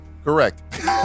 Correct